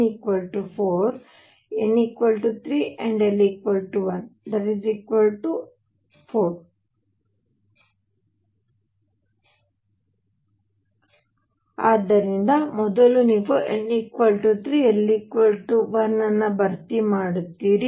n 3 l 1 ಮತ್ತು n 4 l 0 ಗೆ ಸಮನಾಗಿರುತ್ತದೆ ಆದ್ದರಿಂದ ಮೊದಲು ನೀವು n 3 l 1 ಅನ್ನು ಭರ್ತಿ ಮಾಡುತ್ತೀರಿ